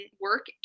work